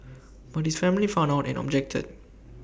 but his family found out and objected